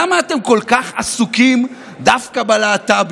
למה אתם כל כך עסוקים דווקא בלהט"בים